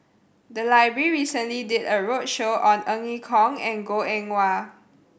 the library recently did a roadshow on Ong Ye Kung and Goh Eng Wah